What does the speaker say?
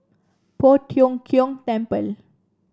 Poh Tiong Kiong Temple